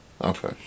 Okay